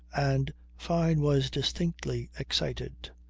and fyne was distinctly excited.